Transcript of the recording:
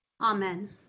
Amen